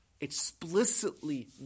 explicitly